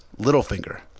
Littlefinger